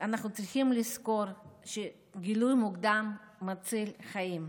אנחנו צריכים לזכור שגילוי מוקדם מציל חיים.